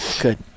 good